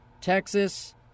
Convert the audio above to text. Texas